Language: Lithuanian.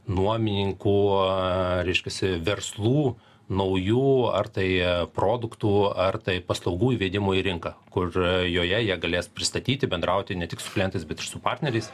nuomininkų reiškiasi verslų naujų ar tai produktų ar tai paslaugų įvedimui į rinką kur joje jie galės pristatyti bendrauti ne tik su klientais bet ir su partneriais